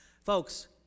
Folks